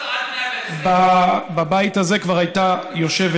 תיזהר שלא יאחלו לך עד 120. בבית הזה כבר הייתה יושבת-ראש.